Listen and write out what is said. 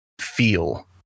feel